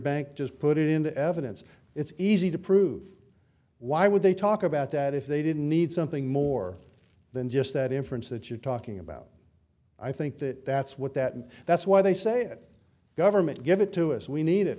bank just put it into evidence it's easy to prove why would they talk about that if they didn't need something more than just that inference that you're talking about i think that that's what that that's why they say government give it to us we need